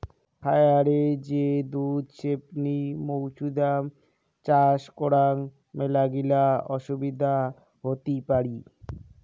খায়ারে যে দুধ ছেপনি মৌছুদাম চাষ করাং মেলাগিলা অসুবিধা হতি পারি